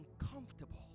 uncomfortable